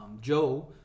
Joe